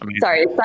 sorry